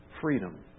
freedom